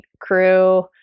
crew